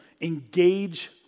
engage